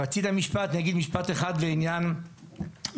רצית משפט, אני אגיד משפט אחד לעניין משילות.